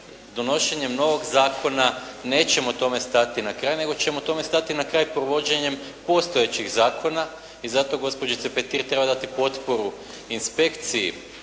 Donošenjem novog zakona nećemo tome stati na kraj, nego ćemo stati na kraj provođenjem postojećih zakona. I zato gospođice Petir treba dati potporu inspekciji